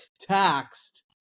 taxed